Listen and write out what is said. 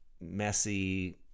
messy